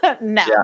no